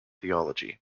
theology